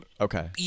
okay